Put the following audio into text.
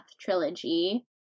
trilogy